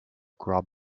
grub